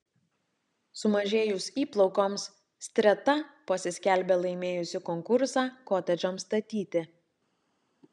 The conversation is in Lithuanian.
sumažėjus įplaukoms streta pasiskelbė laimėjusi konkursą kotedžams statyti